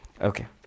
Okay